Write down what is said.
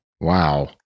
Wow